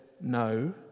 No